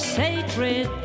sacred